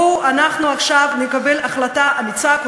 בואו עכשיו נקבל החלטה אמיצה,